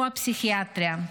הוא הפסיכיאטריה.